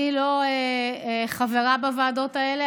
אני לא חברה בוועדות האלה.